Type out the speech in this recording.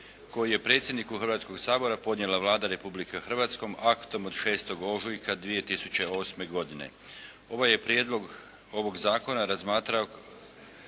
koji je predsjedniku Hrvatskog sabora podnijela Vlada Republike Hrvatske aktom od 6. ožujka 2008. godine. Ovaj je prijedlog ovog zakona razmatrao